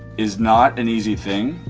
is not an easy thing.